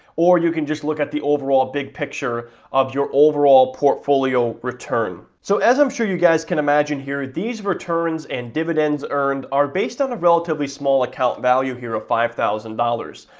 or you can just look at the overall big picture of your overall portfolio return. so, as i'm sure you guys can imagine here, these returns and dividends earned are based on a relatively small account value here of five thousand dollars.